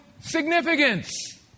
significance